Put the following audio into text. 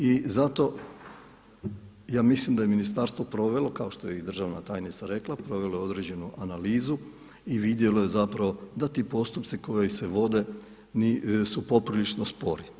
I zato ja mislim da je i ministarstvo provelo, kao što je i državna tajnica rekla, provelo je određenu analizu i vidjelo je zapravo da ti postupci koji se vode su poprilično spori.